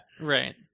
Right